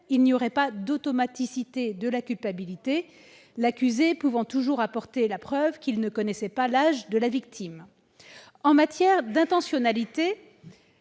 il n'y aurait pas d'automaticité de la culpabilité. En effet, l'accusé pourra toujours apporter la preuve qu'il ne connaissait pas l'âge de la victime. En matière d'intentionnalité,